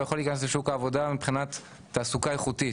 יכול להיכנס לשוק העבודה מבחינת תעסוקה איכותית,